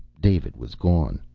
david was gone.